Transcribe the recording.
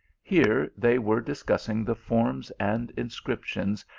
here they were discussing the forms and inscriptions,